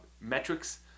metrics